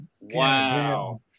Wow